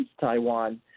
Taiwan